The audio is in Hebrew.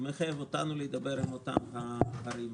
זה מחייב אותנו לדבר עם אותן ערים.